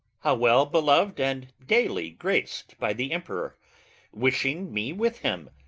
how well-belov'd and daily graced by the emperor wishing me with him,